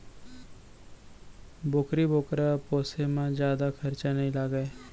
बोकरी बोकरा पोसे म जादा खरचा नइ लागय